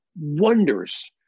wonders